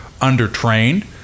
under-trained